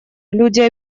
люди